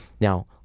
Now